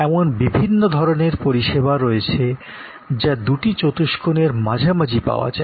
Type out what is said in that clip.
এমন বিভিন্ন ধরণের পরিষেবা রয়েছে যা দুটি চতুষ্কোণের মাঝামাঝি পাওয়া যায়